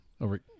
over